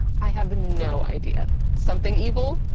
i have no idea. something evil?